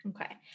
Okay